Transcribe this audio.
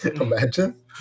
Imagine